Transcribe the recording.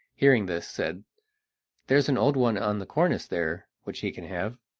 hearing this, said there is an old one on the cornice there which he can have.